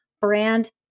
brand